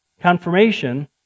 confirmation